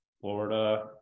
florida